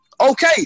Okay